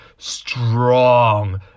strong